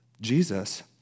Jesus